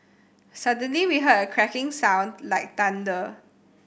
suddenly we heard a cracking sound like thunder